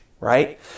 Right